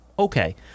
okay